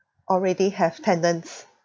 already have tenants